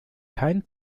kein